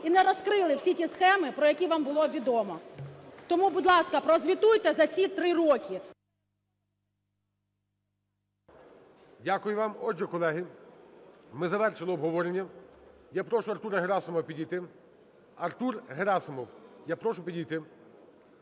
і не розкрили всі ті схеми, про які вам було відомо. Тому, будь ласка, прозвітуйте за ці три роки. ГОЛОВУЮЧИЙ. Дякую вам. Отже, колеги, ми завершили обговорення. Я прошу Артура Герасимова підійти. Артур Герасимов, я прошу підійти.